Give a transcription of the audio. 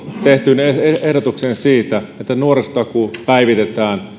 tehtyyn ehdotukseen siitä että nuorisotakuu päivitetään